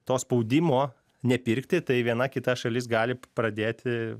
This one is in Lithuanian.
to spaudimo nepirkti tai viena kita šalis gali pradėti